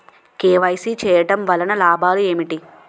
KYC చేయటం వలన లాభాలు ఏమిటి?